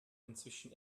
inzwischen